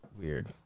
weird